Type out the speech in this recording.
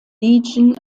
legion